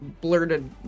blurted